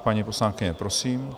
Paní poslankyně, prosím.